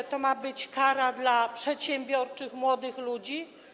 Czy to ma być kara dla przedsiębiorczych młodych ludzi?